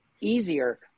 easier